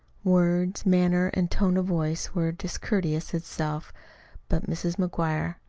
words, manner, and tone of voice were discourtesy itself but mrs. mcguire,